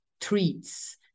treats